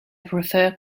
prefer